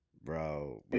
Bro